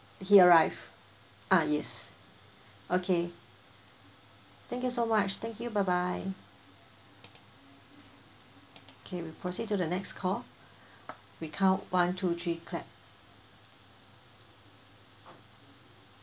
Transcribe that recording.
he arrived ah yes okay thank you so much thank you bye bye okay we proceed to the next call we count one two three clap